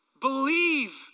Believe